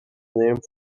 name